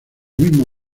mismo